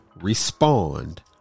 respond